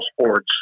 sports